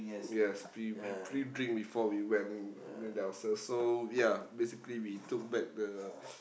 yes pre~ pre-drink before we went went ourselves so ya basically we took back the